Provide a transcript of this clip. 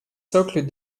socles